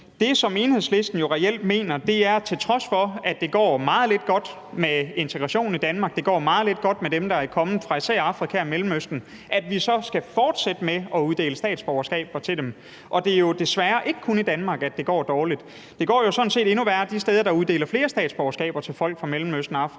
det, som Enhedslisten reelt mener, er, at til trods for at det går meget lidt godt med integrationen i Danmark, og at det går meget lidt godt med dem, der er kommet fra især Afrika og Mellemøsten, skal vi fortsætte med at uddele statsborgerskaber til dem. Og det er jo desværre ikke kun i Danmark, at det går dårligt. Det går sådan set endnu værre de steder, hvor de uddeler endnu flere statsborgerskaber til folk fra Mellemøsten og Afrika.